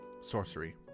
sorcery